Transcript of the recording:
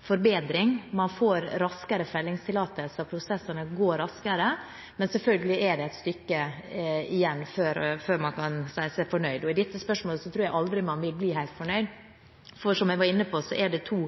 forbedring. Man får raskere fellingstillatelse, og prosessene går raskere, men selvfølgelig er det et stykke igjen før man kan si seg fornøyd. I dette spørsmålet tror jeg man aldri vil bli helt fornøyd, for, som jeg var inne på, det er to